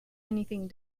anything